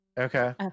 Okay